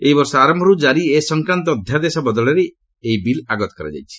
ଏହି ବର୍ଷ ଆରମ୍ଭରୁ କାରି ଏସଂକ୍ରାନ୍ତ ଅଧ୍ୟାଦେଶ ବଦଳରେ ଏହି ଆଗତ କରାଯାଇଛି